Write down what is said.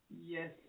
Yes